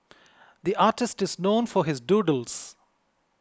the artist is known for his doodles